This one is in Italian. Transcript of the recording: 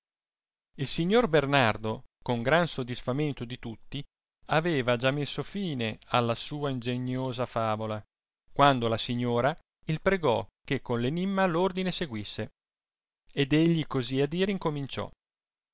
il signor bernardo con gran sodisfamento di tutti aveva già messo tine alla sua ingeniosa favola quandc la signora il pregò che con l'enimma l'ordine seguisse ed egli cosi a dire incominciò